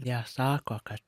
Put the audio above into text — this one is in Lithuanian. jie sako kad